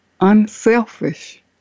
Unselfish